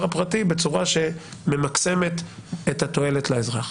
הפרטי בצורה שממקסמת את התועלת לאזרח.